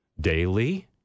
daily